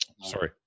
sorry